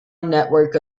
network